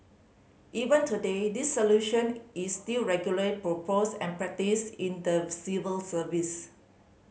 even today this solution is still regularly proposed and practised in the civil service